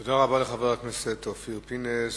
תודה רבה לחבר הכנסת אופיר פינס.